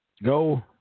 Go